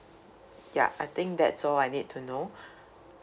ya I think that's all I need to know